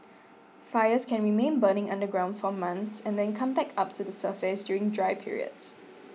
fires can remain burning underground for months and then come back up to the surface during dry periods